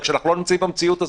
אבל אנחנו לא נמצאים במציאות הזאת.